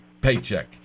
paycheck